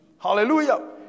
Hallelujah